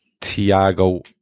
Tiago